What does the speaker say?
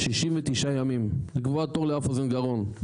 69 ימים לקבוע תר לאף אוזן גרון,